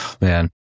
man